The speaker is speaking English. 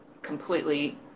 completely